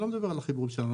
אני לא מדבר על החיבור שלנו.